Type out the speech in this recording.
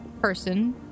person